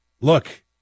look